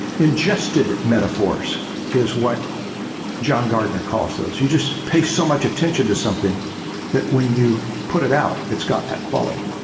ingested metaphors is what john gardner calls those. you just pay so much attention to something that when you put it out, it's got that quality.